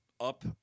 up